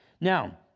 Now